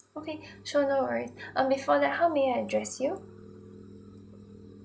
okay sure no worries um before that how may I address you